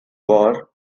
war